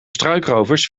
struikrovers